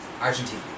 Argentina